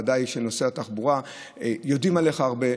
ובוודאי בנושא התחבורה יודעים עליו הרבה.